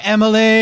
Emily